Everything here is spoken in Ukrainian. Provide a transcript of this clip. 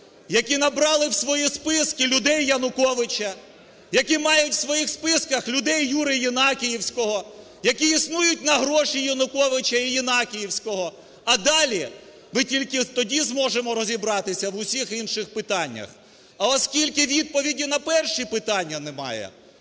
які набрали в свої списки людей Януковича, які мають в своїх списках людей Юри Єнакіївського, які існують на гроші Януковича і Єнакіївського. А далі ми тільки тоді зможемо розібратися в усіх інших питаннях. А оскільки відповіді на перше питання немає,